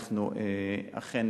אנחנו אכן